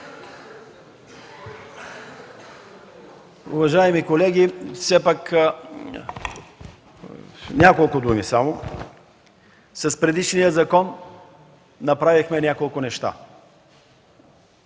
Уважаеми колеги, все пак само няколко думи. С предишния закон направихме няколко неща,